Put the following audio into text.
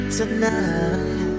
Tonight